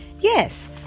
Yes